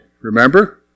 Remember